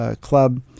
club